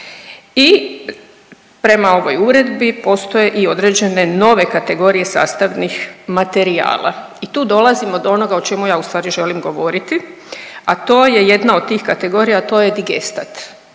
i prema ovoj uredbi postoje i određene nove kategorije sastavnih materijala i tu dolazimo do onoga o čemu ja u stvari želim govoriti, a to je jedna od tih kategorija, a to je digestat